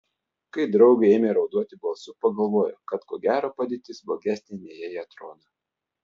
kai draugė ėmė raudoti balsu pagalvojo kad ko gero padėtis blogesnė nei jai atrodo